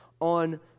on